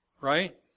right